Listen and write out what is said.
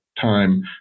time